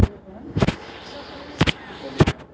ई व्यापार की होय है?